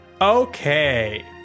Okay